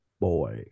boy